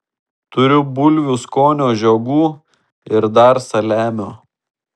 turiu bulvių skonio žiogų ir dar saliamio